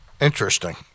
Interesting